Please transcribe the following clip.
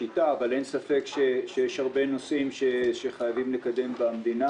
אין ספק שיש הרבה נושאים שחייבים לקדם במדינה.